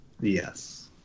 Yes